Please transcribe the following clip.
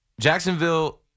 Jacksonville